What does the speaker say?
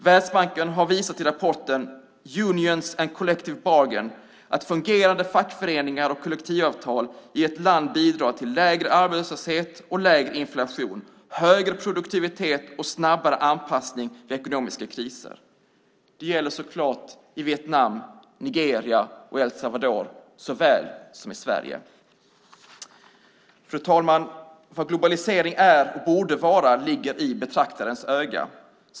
Världsbanken har i rapporten Union and Collective Bargaining visat att fungerande fackföreningar och kollektivavtal i ett land bidrar till lägre arbetslöshet och lägre inflation, högre produktivitet och snabbare anpassning vid ekonomiska kriser. Det gäller så klart i Vietnam, Nigeria och El Salvador såväl som i Sverige. Fru talman! Vad globalisering är och borde vara ligger i betraktarens öga.